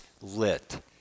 lit